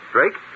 Drake